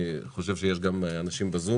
אני חושב שיש גם אנשים ב-זום.